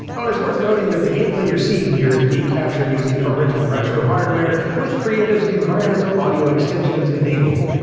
oh and it's worth noting that the gameplay you're seeing here is being captured using original retro hardware with creative's environmental audio extensions enabled.